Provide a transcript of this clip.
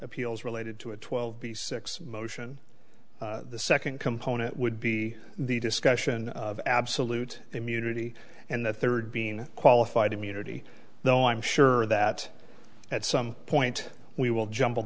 appeals related to a twelve b six motion the second component would be the discussion of absolute immunity and the third being qualified immunity though i'm sure that at some point we will jumble